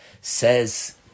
says